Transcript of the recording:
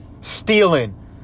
Stealing